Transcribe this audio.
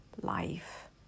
life